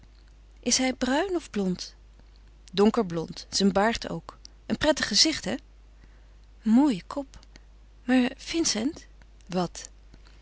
is hij bruin of blond donkerblond zijn baard ook een prettig gezicht hé een mooie kop maar vincent wat